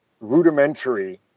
rudimentary